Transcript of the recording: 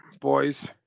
boys